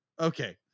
okay